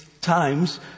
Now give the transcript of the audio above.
Times